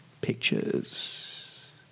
pictures